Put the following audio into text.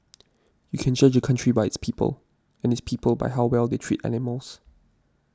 you can judge a country by its people and its people by how well they treat animals